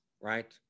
Right